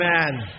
Amen